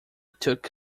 took